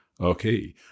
Okay